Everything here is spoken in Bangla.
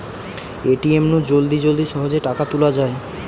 এ.টি.এম নু জলদি জলদি সহজে টাকা তুলা যায়